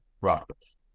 rockets